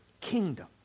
kingdom